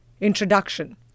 Introduction